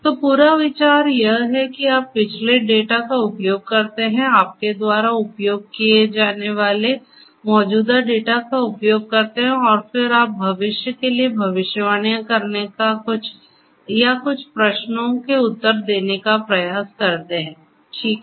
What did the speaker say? तो पूरा विचार यह है कि आप पिछले डेटा का उपयोग करते हैं आपके द्वारा उपयोग किए जाने वाले मौजूदा डेटा का उपयोग करते हैं और फिर आप भविष्य के लिए भविष्यवाणियां करने या कुछ प्रश्नों के उत्तर देने का प्रयास करते हैं ठीक है